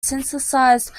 synthesized